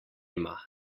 ima